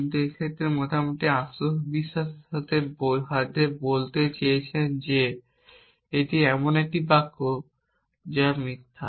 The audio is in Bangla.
কিন্তু এই ক্ষেত্রে আপনি মোটামুটি আত্মবিশ্বাসের সাথে বলতে চেয়েছেন যে এটি এমন একটি বাক্য যা মিথ্যা